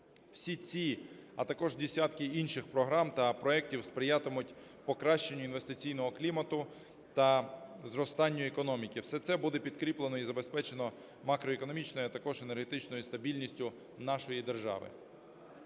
Всі ці, а також десятки інших програм та проектів сприятимуть покращенню інвестиційного клімату та зростанню економіки. Все це буде прикріплено і забезпечено макроекономічною, а також енергетичною стабільністю нашої держави.